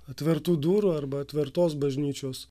atvertų durų arba atvertos bažnyčios